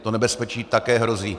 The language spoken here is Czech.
To nebezpečí také hrozí.